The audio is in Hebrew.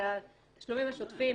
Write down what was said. התשלומים השוטפים,